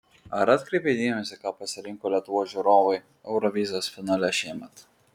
ar atkreipei dėmesį ką pasirinko lietuvos žiūrovai eurovizijos finale šiemet